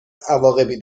عواقبی